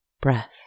breath